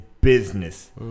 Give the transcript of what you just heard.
business